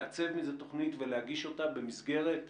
לעצב מזה תכנית ולהגיש אותה במסגרת הטיפול,